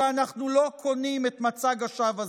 כי אנחנו לא קונים את מצג השווא הזה.